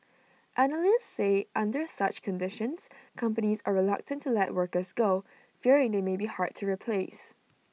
analysts say under such conditions companies are reluctant to let workers go fearing they may be hard to replace